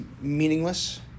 meaningless